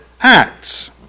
acts